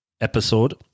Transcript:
episode